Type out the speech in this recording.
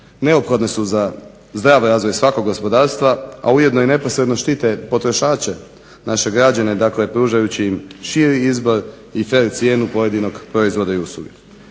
neophodne su za zdrav razvoj svakog gospodarstva, a ujedno i neposredno štite potrošače, naše građane. Dakle, pružajući im širi izbor i krajnju cijenu pojedinog proizvoda i usluge.